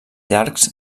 llargs